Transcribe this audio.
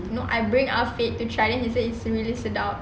no I bring afiq to try then he say it's really sedap